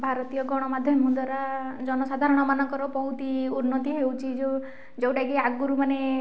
ଭାରତୀୟ ଗଣମାଧ୍ୟମ ଦ୍ଵାରା ଜନସାଧାରଣ ମାନଙ୍କର ବହୁତି ଉନ୍ନତି ହେଉଛି ଯେଉଁ ଯେଉଁଟାକି ଆଗରୁ ମାନେ